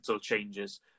changes